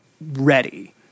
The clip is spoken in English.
ready